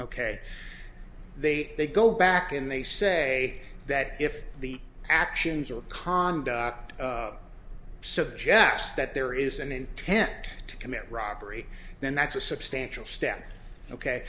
ok they they go back and they say that if the actions or conduct suggest that there is an intent to commit robbery then that's a substantial